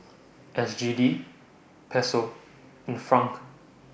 S G D Peso and Franc